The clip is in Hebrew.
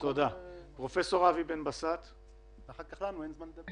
כי אחר כך לנו אין זמן לדבר.